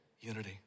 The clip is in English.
unity